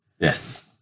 Yes